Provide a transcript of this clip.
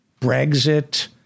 Brexit